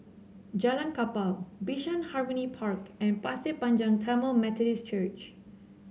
Jalan Kapal Bishan Harmony Park and Pasir Panjang Tamil Methodist Church